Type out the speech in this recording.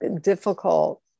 difficult